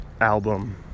album